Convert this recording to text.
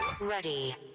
Ready